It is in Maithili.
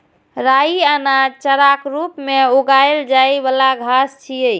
राइ अनाज, चाराक रूप मे उगाएल जाइ बला घास छियै